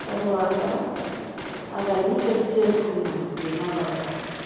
తర్వాత అవన్నీ చెక్ చేసుకున్నాను బీమా పధకాన్ని